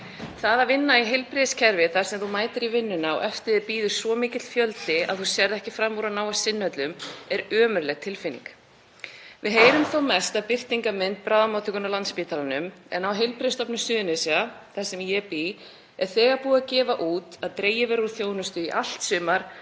Það að vinna í heilbrigðiskerfi þar sem þú mætir í vinnuna og eftir þér bíður svo mikill fjöldi að þú sérð ekki fram á að ná að sinna öllum er ömurleg tilfinning. Við heyrum mest af birtingarmynd bráðamóttökunnar á Landspítalanum en á Heilbrigðisstofnun Suðurnesja, þar sem ég bý, er þegar búið að gefa út að dregið verður úr þjónustu í allt sumar